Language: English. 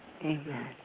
Amen